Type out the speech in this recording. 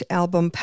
album